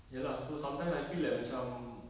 ya lah so sometimes I feel like macam